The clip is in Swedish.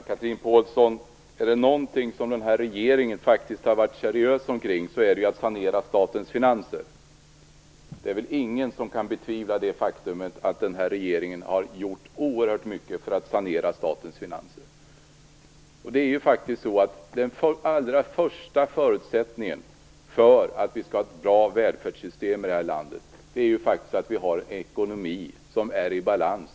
Fru talman! Är det något område där den här regeringen har varit seriös är det väl på det område som gäller saneringen av statens finanser. Jag vet ingen som kan betvivla det faktum att regeringen har gjort oerhört mycket för att sanera statens finanser. Den allra första förutsättningen för att vi skall ha ett bra välfärdssystem i vårt land är ju att vi har en ekonomi i balans.